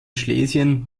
schlesien